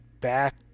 back